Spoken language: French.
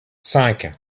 cinq